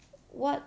what